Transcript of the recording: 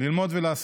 ללמוד ולעשות.